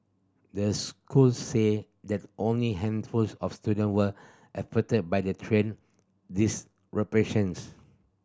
the school said that only handful of student were affected by the train disruptions